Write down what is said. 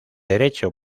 derecho